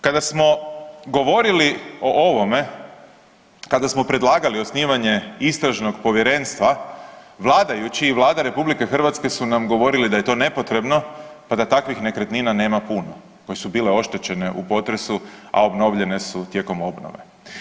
Kada smo govorili o ovome, kada smo predlagali osnivanje istražnog povjerenstva vladajući i Vlada RH su nam govorili da je to nepotrebno pa da takvih nekretnina nema puno koje su bile oštećene u potresu, a obnovljene su tijekom obnove.